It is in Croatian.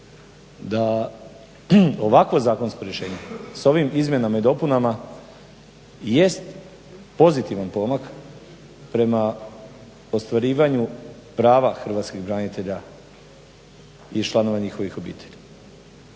da ovakvo zakonsko rješenje sa ovim izmjenama i dopunama jest pozitivan pomak prema ostvarivanju prava hrvatskih branitelja i članova njihovih obitelji.